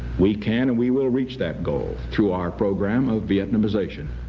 we can and we will reach that goal through our program of vietnamisation.